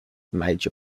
major